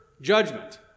judgment